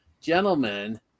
Gentlemen